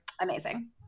amazing